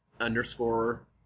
underscore